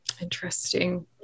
Interesting